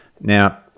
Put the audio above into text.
Now